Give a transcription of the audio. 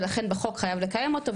ולכן בחוק חייב לקיים אותו,